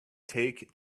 take